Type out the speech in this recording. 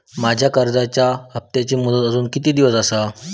माझ्या कर्जाचा हप्ताची मुदत अजून किती दिवस असा?